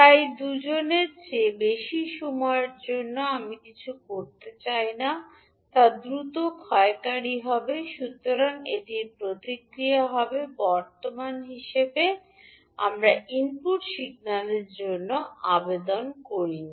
তাই দুজনের চেয়ে বেশি সময়ের জন্য আমি কিছু করতে চাই না তা দ্রুত ক্ষয়কারী হবে সুতরাং এটির প্রতিক্রিয়া হবে বর্তমান হিসাবে আমি ইনপুট সিগন্যালের জন্য আবেদন করি না